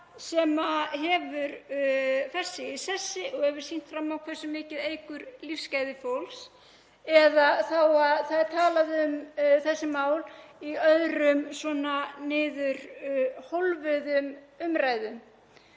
sem hefur fest sig í sessi og hefur sýnt fram á hversu mikið hún eykur lífsgæði fólks. Eða þá að það er talað um þessi mál í öðrum svona niðurhólfuðum umræðum.